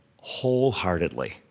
wholeheartedly